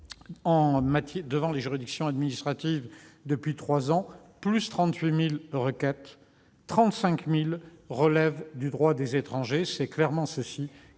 devant les juridictions administratives depuis trois ans- +38 000 requêtes -, dont 35 000 relèvent du droit des étrangers. Voilà très clairement